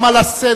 גם על הסדר.